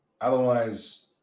Otherwise